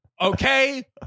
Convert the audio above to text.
okay